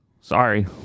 Sorry